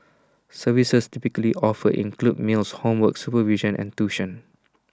services typically offered include meals homework supervision and tuition